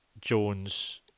Jones